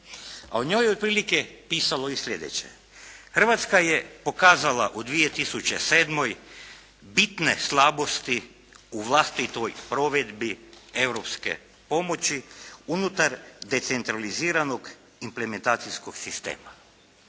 a u njoj je otprilike pisalo i sljedeće: Hrvatska je pokazala u 2007. bitne slabosti u vlastitoj provedbi europske pomoći unutar decentraliziranog implementacijskog sistema.